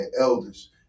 elders